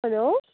hello